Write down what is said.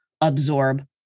absorb